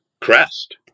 crest